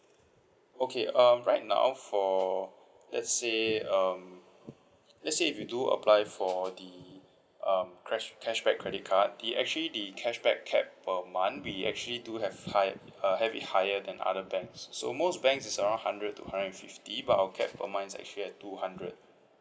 okay um right now for let's say um let's say if you do apply for the um cash cashback credit card the actually the cashback cap per month we actually do have high uh have it higher than other banks so most banks is around hundred to hundred and fifty but our cap per month is actually at two hundred